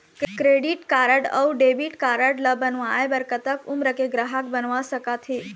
Credit card अऊ debit card ला बनवाए बर कतक उमर के ग्राहक बनवा सका थे?